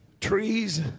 Trees